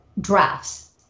Drafts